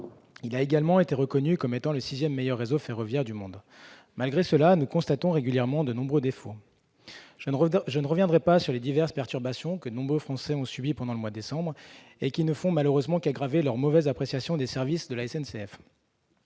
Il a également été reconnu comme étant le sixième meilleur réseau ferroviaire du monde. Malgré cela, nous constatons régulièrement de nombreux défauts. Je ne reviendrai pas sur les diverses perturbations que de nombreux Français ont subies au cours du mois de décembre, et qui ne font malheureusement qu'aggraver leur mauvaise opinion des services de la SNCF.